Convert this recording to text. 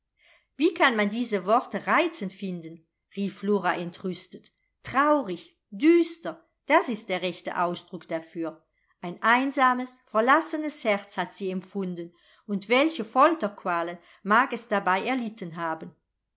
wie kann man diese worte reizend finden rief flora entrüstet traurig düster das ist der rechte ausdruck dafür ein einsames verlassenes herz hat sie empfunden und welche folterqualen mag es dabei erlitten haben